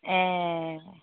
ए